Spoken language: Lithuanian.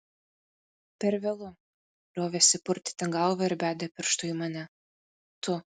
per vėlu liovėsi purtyti galvą ir bedė pirštu į mane tu